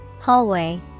Hallway